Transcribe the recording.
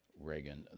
Reagan